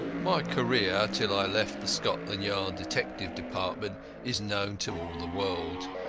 my career till i left the scotland yard detective department is known to all the world.